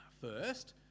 first